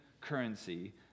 currency